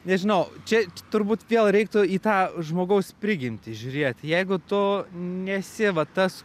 nežinau čia turbūt vėl reiktų į tą žmogaus prigimtį žiūrėt jeigu tu nesi va tas